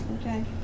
Okay